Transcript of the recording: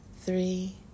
three